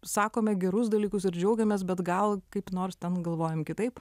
sakome gerus dalykus ir džiaugiamės bet gal kaip nors ten galvojam kitaip